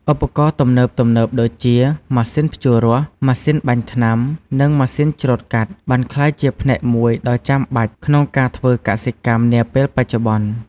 ឧបករណ៍ទំនើបៗដូចជា ម៉ាស៊ីនភ្ជួររាស់ ម៉ាស៊ីនបាញ់ថ្នាំ និងម៉ាស៊ីនច្រូតកាត់ បានក្លាយជាផ្នែកមួយដ៏ចាំបាច់ក្នុងការធ្វើកសិកម្មនាពេលបច្ចុប្បន្ន។